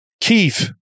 Keith